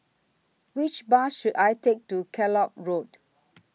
Which Bus should I Take to Kellock Road